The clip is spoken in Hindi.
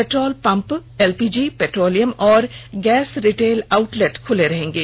पेट्रोल पम्प एलपीजी पेट्रोलियम और गैस रिटेल आउटलेट भी खुले रहेंगे